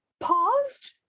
paused